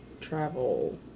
travel